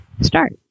start